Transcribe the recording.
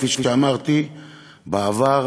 כפי שאמרתי בעבר,